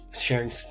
sharing